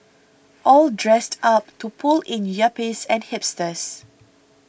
all dressed up to pull in yuppies and hipsters